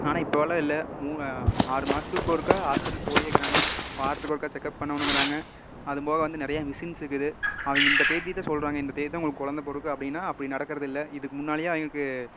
ஆனால் இப்பல்லாம் இல்லை ஆறு மாதத்துக்கு ஒருக்க ஹாஸ்பிட்டல் போய்க்குறாங்க வாரத்துக்கு ஒருக்க செக்கப் பண்ணணும்ங்குறாங்க அதுவும் போக வந்து நிறைய மிஷின்ஸ் இருக்குது அவங்க இந்த தேதியில் சொல்கிறாங்க இந்த தேதிதான் உங்களுக்கு கொழந்தை பிறக்கும் அப்படினா அப்படி நடக்கிறதில்ல இதுக்கு முன்னாலேயே அவங்களுக்கு